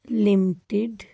limited